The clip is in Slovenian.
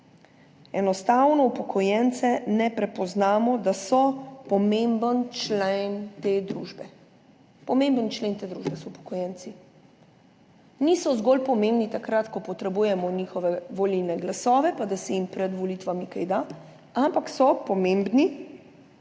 enostavno upokojencev ne prepoznamo, da so pomemben člen te družbe. Upokojenci so pomemben člen te družbe. Niso pomembni zgolj takrat, ko potrebujemo njihove volilne glasove, da se jim pred volitvami kaj da, ampak so pomembni